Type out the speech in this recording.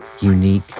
unique